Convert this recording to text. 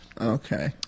Okay